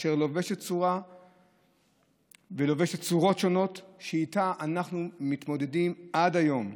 אשר לובשת צורות שונות ואיתה אנחנו מתמודדים עד היום,